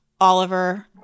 Oliver